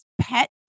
pet